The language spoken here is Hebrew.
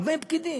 הרבה פקידים,